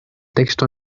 texto